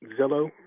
Zillow